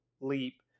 leap